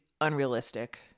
unrealistic